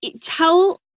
Tell